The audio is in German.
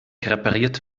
repariert